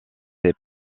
ses